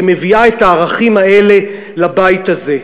ומביאה את הערכים האלה לבית הזה.